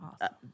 Awesome